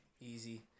Easy